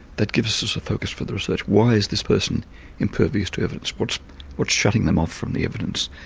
that gives us us a focus for the research. why is this person impervious to evidence, what's what's shutting them off from the evidence?